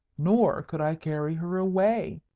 nor could i carry her away,